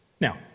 Now